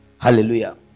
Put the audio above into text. Hallelujah